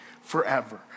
forever